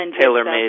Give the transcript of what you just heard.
tailor-made